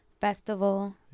Festival